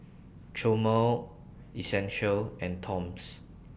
Chomel Essential and Toms